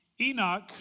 Enoch